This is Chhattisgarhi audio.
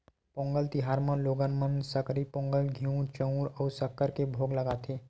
पोंगल तिहार म लोगन मन सकरई पोंगल, घींव, चउर अउ सक्कर के भोग लगाथे